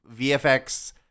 vfx